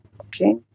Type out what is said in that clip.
Okay